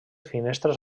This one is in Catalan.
finestres